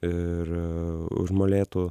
ir už molėtų